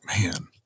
man